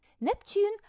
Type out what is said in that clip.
Neptune